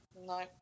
No